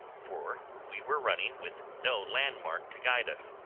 for we were running with no landmark to guide us,